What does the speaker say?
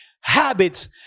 habits